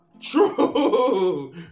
true